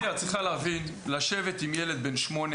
את צריכה להבין: לשבת עם ילד בן 8,